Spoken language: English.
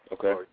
Okay